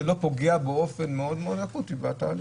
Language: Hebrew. וזה לא פוגע באופן מאוד אקוטי בתהליך.